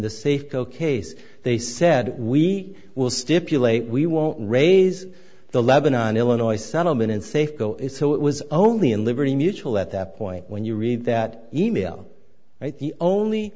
the safeco case they said we will stipulate we won't raise the lebanon illinois settlement and safeco it so it was only in liberty mutual at that point when you read that e mail the only